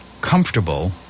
comfortable